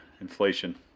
inflation